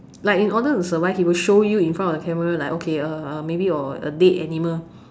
like in order to survive he will show you in front of the camera like okay uh maybe or a dead animal